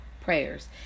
prayers